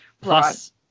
plus